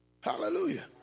Hallelujah